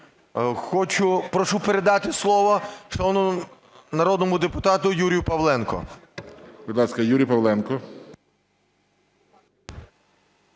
Прошу передати слово шановному народному депутату Юрію Павленку.